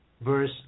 verse